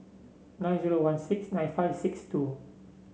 nine zero one six nine five six two